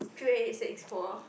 three eight six four